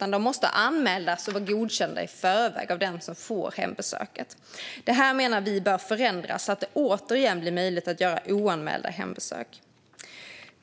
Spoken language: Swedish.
Hembesöken måste nu anmälas och vara godkända i förväg av den som ska få besök. Detta menar vi bör förändras så att det återigen blir möjligt att göra oanmälda hembesök.